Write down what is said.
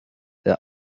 sehr